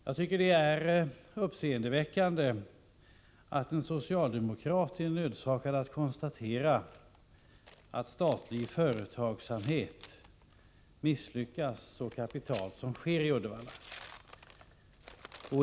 Jag tycker att det är uppseendeväckande att en socialdemokrat är nödsakad att konstatera att statlig företagsamhet misslyckats så kapitalt som i Uddevalla.